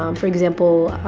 um for example,